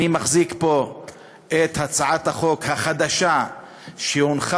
אני מחזיק פה את הצעת החוק החדשה שהונחה